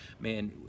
man